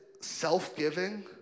self-giving